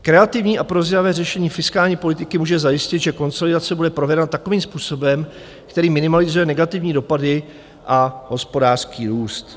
Kreativní a prozíravé řešení fiskální politiky může zajistit, že konsolidace bude provedena takovým způsobem, který minimalizuje negativní dopady a hospodářský růst.